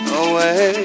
away